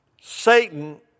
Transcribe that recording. Satan